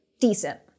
decent